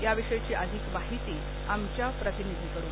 याविषयीची अधिक माहिती आमच्या प्रतिनिधीकडून